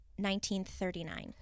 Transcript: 1939